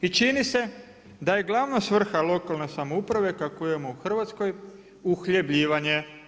I čini se da je glavna svrha lokalne samouprave kakvu imamo u Hrvatskoj uhljebljivanje.